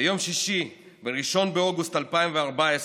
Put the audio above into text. ביום שישי, 1 באוגוסט 2014,